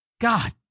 God